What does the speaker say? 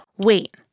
Wait